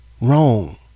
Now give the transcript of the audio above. wrong